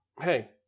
hey